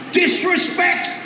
disrespect